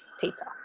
pizza